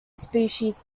species